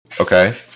Okay